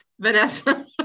Vanessa